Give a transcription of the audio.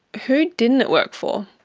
who didn't it work for?